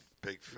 Big